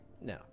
No